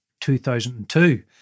2002